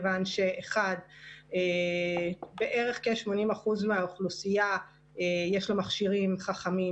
1. בערך 80% מהאוכלוסייה יש לה מכשירים חכמים